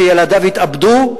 שילדיו התאבדו.